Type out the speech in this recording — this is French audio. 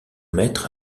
maître